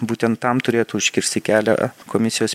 būtent tam turėtų užkirsti kelią komisijos